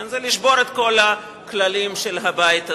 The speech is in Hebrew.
וזה לשבור את כל הכללים של הבית הזה.